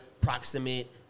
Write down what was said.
proximate